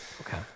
Okay